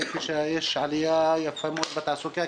ראיתי שיש עלייה יפה מאוד בתעסוקה,